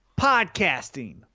podcasting